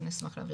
נשמח להעביר לכם.